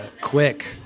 quick